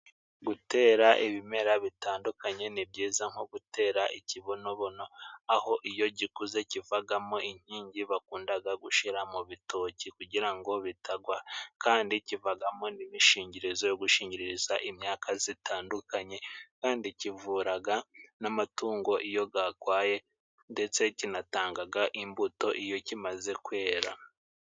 Gutera ibimera bitandukanye ni byiza nko gutera ikibonobono, aho iyo gikuze kivagamo inkingi bakundaga gushira mu bitoki, kugira ngo bitagwa kandi kivagamo n'imishingirizo yo gushingiriza imyaka zitandukanye. Kandi kivuraga n'amatungo iyo gagwaye ndetse kinatangaga imbuto iyo kimaze kwera.